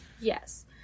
Yes